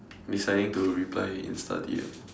deciding to reply insta D_M